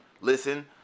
listen